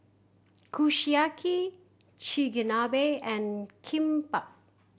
Kushiyaki Chigenabe and Kimbap